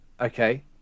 okay